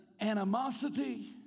animosity